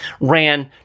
ran